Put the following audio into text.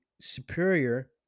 superior